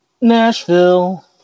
nashville